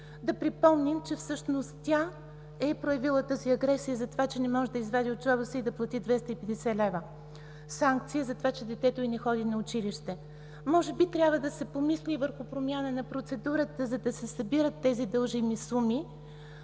Да припомним, че всъщност тя е проявила тази агресия затова, е не може да извади от джоба си и да плати 250 лв. – санкция за това, че детето й не ходи на училище. Може и трябва да се помисли и върху промяна на процедурата, за да се събират тези дължими суми.